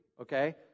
okay